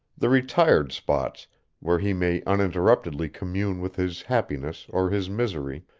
the retired spots where he may uninterruptedly commune with his happiness or his misery,